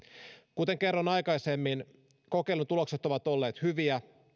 kuten kerroin aikaisemmin kokeilun tulokset ovat olleet hyviä